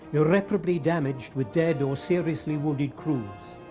irreparably damaged with dead or seriously wounded crews.